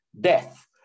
death